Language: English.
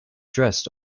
dressed